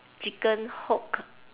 chicken hook